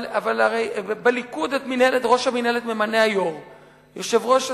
אבל הרי בליכוד את ראש המינהלת ממנה היושב-ראש.